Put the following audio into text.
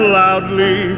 loudly